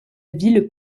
ville